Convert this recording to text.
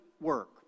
work